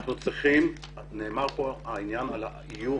דובר כאן על האיום.